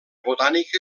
botànica